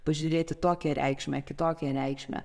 pažiūrėti tokią reikšmę kitokią reikšmę